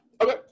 Okay